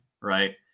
right